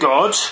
God